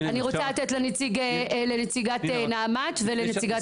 אני רוצה לתת לנציגת נעמ"ת ולנציגת ויצו.